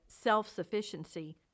self-sufficiency